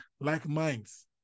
like-minds